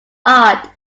art